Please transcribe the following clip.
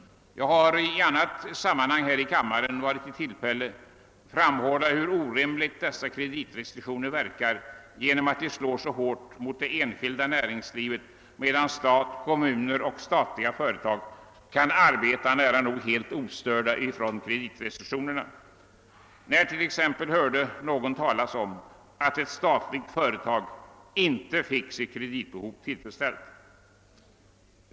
I annat sammanhang har jag här i kammaren varit i tillfälle att framhålla hur orimligt hårt dessa kreditrestriktioner slår mot det enskilda näringslivet, medan stat, kommuner och statliga företag kan arbeta nära nog ostörda av restriktionerna. När hörde någon t.ex. talas om att ett statligt företag inte fick sitt kreditbehov tillfredsställt?